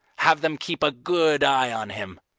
have them keep a good eye on him.